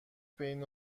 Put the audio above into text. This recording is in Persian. بین